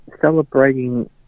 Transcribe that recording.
celebrating